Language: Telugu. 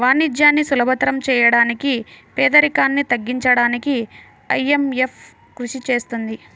వాణిజ్యాన్ని సులభతరం చేయడానికి పేదరికాన్ని తగ్గించడానికీ ఐఎంఎఫ్ కృషి చేస్తుంది